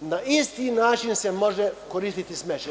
na isti način se može koristiti smeće.